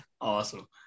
Awesome